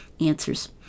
answers